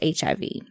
HIV